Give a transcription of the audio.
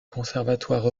conservatoire